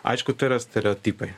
aišku tai yra stereotipai